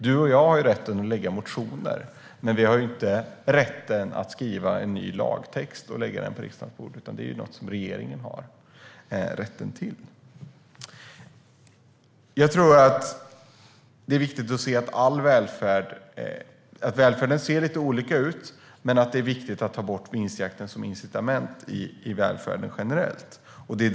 Du och jag har rätten att väcka motioner, men vi har ju inte rätten att skriva en ny lagtext och lägga den på riksdagens bord, utan det är något som regeringen har rätten till. Jag tror att det är viktigt att se att välfärden ser lite olika ut, men att det är viktigt att ta bort vinstjakten som incitament i välfärden generellt.